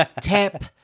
tap